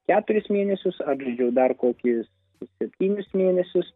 keturis mėnesius aš gydžiau dar kokius septynis mėnesius